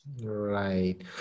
right